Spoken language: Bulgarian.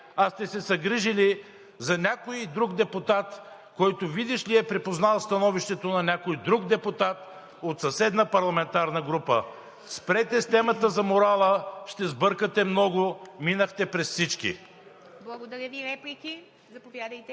а сте се загрижили за някой и друг депутат, който, видиш ли, е припознал становището на някой друг депутат от съседна парламентарна група?! Спрете с темата за морала, ще сбъркате много. Минахте през всички. ПРЕДСЕДАТЕЛ ИВА МИТЕВА: Благодаря Ви. Реплики? Заповядайте.